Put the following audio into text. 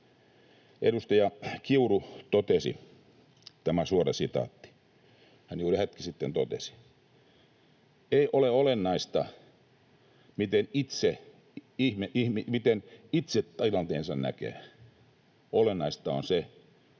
Edustaja Kiuru totesi — tämä on suora sitaatti — hän juuri hetki sitten totesi: ”Ei ole olennaista, miten itse tilanteensa näkee. Olennaista on se,